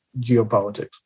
geopolitics